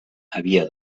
havia